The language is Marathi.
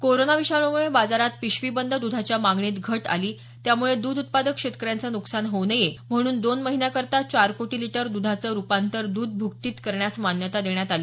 कोरोना विषाणूमुळे बाजारात पिशवीबंद दुधाच्या मागणीत घट आली त्यामुळे द्ध उत्पादक शेतकऱ्यांचं नुकसान होऊ नये म्हणून दोन महिन्याकरता चार कोटी लिटर द्धाचं रुपांतर द्रध भुकटीत करण्यास मान्यता देण्यात आली